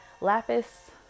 lapis